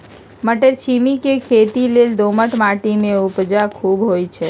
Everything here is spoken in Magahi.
मट्टरछिमि के खेती लेल दोमट माटी में उपजा खुब होइ छइ